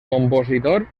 compositor